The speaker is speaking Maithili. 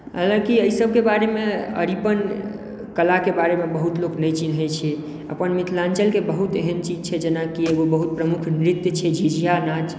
हलाँकि एहि सभके बारेमे अरिपन कलाके बारेमे बहुत लोक नहि चिन्हैत छै अपन मिथिलाञ्चलके बहुत एहन चीज छै जेना कि एगो बहुत प्रमुख नृत्य छै झिझिया नाच